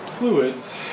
Fluids